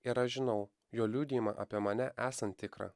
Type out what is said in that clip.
ir aš žinau jo liudijimą apie mane esant tikrą